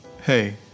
Hey